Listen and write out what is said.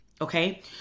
okay